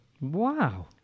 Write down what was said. Wow